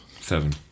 seven